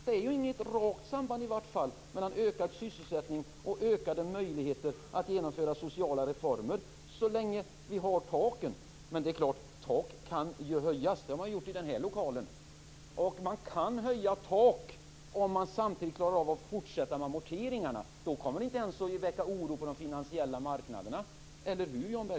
Det är i vart fall inget rakt samband mellan ökad sysselsättning och ökade möjligheter att genomföra sociala reformer så länge vi har taket kvar. Men det är klart att taket kan höjas - som man har gjort i den här lokalen - om man samtidigt klarar att fortsätta med amorteringarna. Då kommer det inte ens att väckas en oro på de finansiella marknaderna. Eller hur, Jan